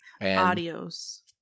Adios